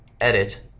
edit